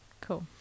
cool